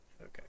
Okay